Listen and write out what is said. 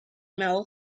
mill